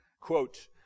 Quote